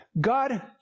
God